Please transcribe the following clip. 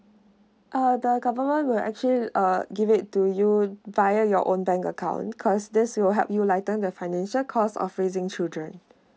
uh the government will actually uh give it to you via your own bank account because this will help you lighten the financial cost of raising children